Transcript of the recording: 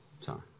sorry